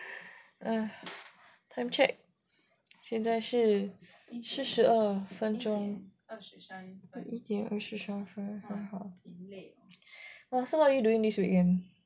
time check 现在是四十二分钟 yeah 二十三 so what are you doing this weekend